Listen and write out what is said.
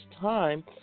time